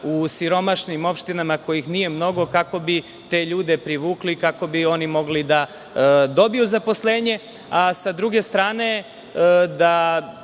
u siromašnim opštinama kojih nije mnogo, kako bi te ljude privukli i kako bi oni mogli da dobiju zaposlenje, a sa druge strane da